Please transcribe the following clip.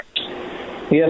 Yes